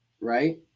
right